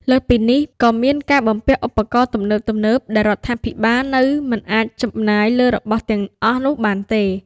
លើសពីនេះ ក៏មានការបំពាក់ឧបករណ៍ទំនើបៗ ដែលរដ្ឋាភិបាលនៅមិនអាចចំណាយលើរបស់ទាំងអស់នោះបានទេ។